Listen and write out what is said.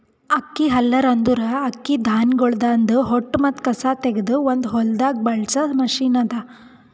ಅಕ್ಕಿ ಹಲ್ಲರ್ ಅಂದುರ್ ಅಕ್ಕಿ ಧಾನ್ಯಗೊಳ್ದಾಂದ್ ಹೊಟ್ಟ ಮತ್ತ ಕಸಾ ತೆಗೆದ್ ಒಂದು ಹೊಲ್ದಾಗ್ ಬಳಸ ಮಷೀನ್ ಅದಾ